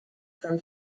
from